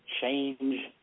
change